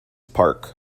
park